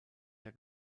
der